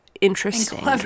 interesting